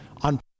on